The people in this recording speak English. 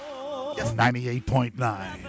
98.9